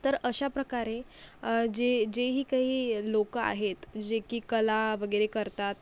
तर अशाप्रकारे जे जेही काही लोकं आहेत जे की कला वगैरे करतात